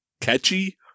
catchy